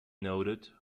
noted